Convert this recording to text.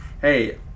Hey